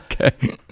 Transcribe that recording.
Okay